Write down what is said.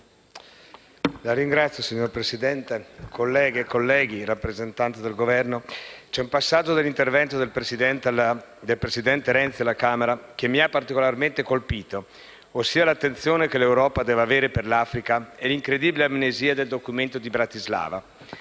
Signor Presidente, colleghe e colleghi, rappresentanti del Governo, c'è un passaggio dell'intervento del presidente Renzi alla Camera dei deputati che mi ha particolarmente colpito, ossia l'attenzione che l'Europa deve avere per l'Africa e l'incredibile amnesia del documento di Bratislava.